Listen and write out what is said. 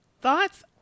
Thoughts